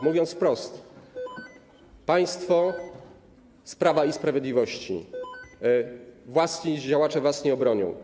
Mówiąc wprost, państwo z Prawa i Sprawiedliwości, wasi działacze was nie obronią.